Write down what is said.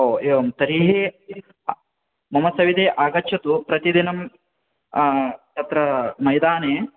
ओ एवं तर्हि मम सविधे आगच्छतु प्रतिदिनं तत्र मैदाने